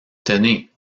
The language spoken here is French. tenez